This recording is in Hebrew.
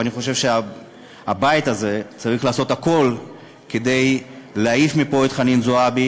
ואני חושב שהבית הזה צריך לעשות הכול כדי להעיף מפה את חנין זועבי,